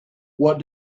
what